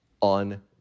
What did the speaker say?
on